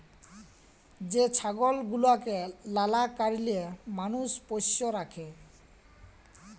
যে ছাগল গুলাকে লালা কারলে মালুষ পষ্য রাখে